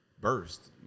burst